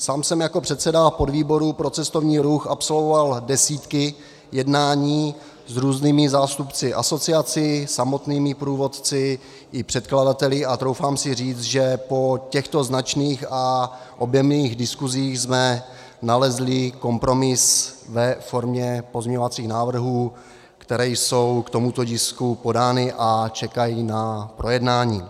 Sám jsem jako předseda podvýboru pro cestovní ruch absolvoval desítky jednání s různými zástupci asociací, samotnými průvodci i předkladateli a troufám si říct, že po těchto značných a objemných diskusích jsme nalezli kompromis ve formě pozměňovacích návrhů, které jsou k tomuto tisku podány a čekají na projednání.